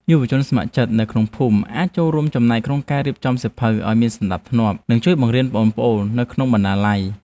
យុវជនស្ម័គ្រចិត្តនៅក្នុងភូមិអាចចូលរួមចំណែកក្នុងការរៀបចំសៀវភៅឱ្យមានសណ្តាប់ធ្នាប់ និងជួយបង្រៀនប្អូនៗនៅក្នុងបណ្ណាល័យ។